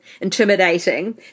intimidating